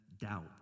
doubt